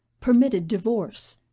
permitted divorce.